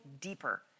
deeper